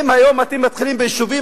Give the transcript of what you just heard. אם היום אתם מתחילים ביישובים,